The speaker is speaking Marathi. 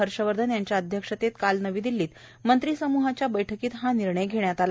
हर्षवर्धन यांच्या अध्यक्षतेखाली काल नवी दिल्लीत मंत्रीसम्हाच्या झालेल्या बैठकीत हा निर्णय घेण्यात आला